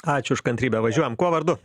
ačiū už kantrybę važiuojam kuo vardu